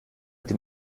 den